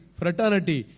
fraternity